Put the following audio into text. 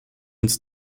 uns